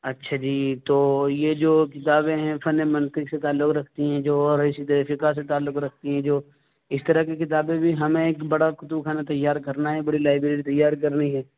اچھا جی تو یہ جو کتابیں ہیں فن منطق سے تعلق رکھتی ہیں جو اور ایسی تحقیقات سے تعلق رکھتی ہیں جو اس طرح کی کتابیں بھی ہمیں ایک بڑا کتب خانہ تیار کرنا ہے بڑی لائبریری تیار کرنی ہے